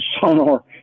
sonar